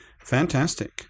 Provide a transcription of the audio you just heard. Fantastic